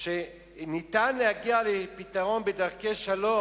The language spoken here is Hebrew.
שניתן להגיע לפתרון בדרכי שלום.